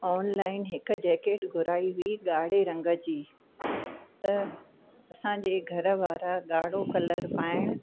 online हिकु jacket घुराई हुई ॻाढ़े रंग जी त असांजे घर वारा ॻाढ़ो कलर पाइण